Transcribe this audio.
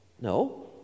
No